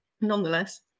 nonetheless